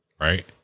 Right